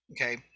Okay